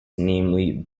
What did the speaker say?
namely